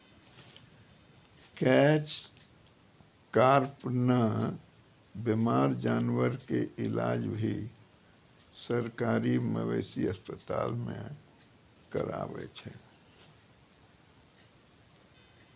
catch कार्प नॅ बीमार जानवर के इलाज भी सरकारी मवेशी अस्पताल मॅ करावै छै